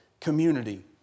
community